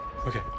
Okay